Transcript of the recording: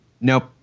Nope